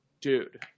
Dude